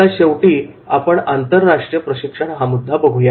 आता शेवटी आपण आंतरराष्ट्रीय प्रशिक्षण हा मुद्दा बघू या